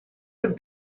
did